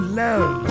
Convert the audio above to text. love